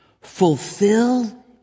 Fulfill